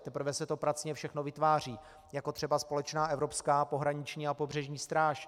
Teprve se to pracně všechno vytváří, jako třeba společná evropská pohraniční a pobřežní stráž.